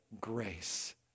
grace